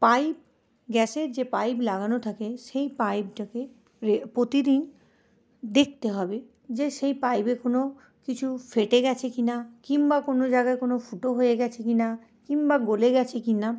pipe গ্যাসের যে pipe লাগানো থাকে সেই পাইপটাকে প্রতিদিন দেখতে হবে যে সেই পাইপে কোনো কিছু ফেটে গেছে কিনা কিংবা কোনো জায়গায় কোনো ফুটো হয়ে গেছে কিনা কিংবা গলে গেছে কিনা